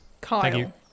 Kyle